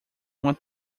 uma